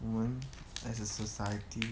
我们 as a society